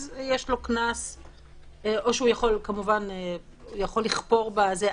אז יש לו קנס או שהוא יכול כמובן לכפור בזה.